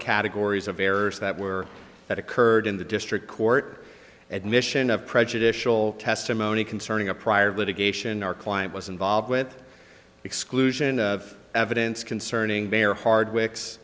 categories of errors that were that occurred in the district court admission of prejudicial testimony concerning a prior litigation our client was involved with exclusion of evidence concerning bear hardwick